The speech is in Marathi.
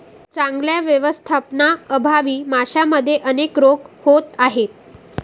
चांगल्या व्यवस्थापनाअभावी माशांमध्ये अनेक रोग होत आहेत